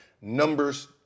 numbers